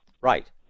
Right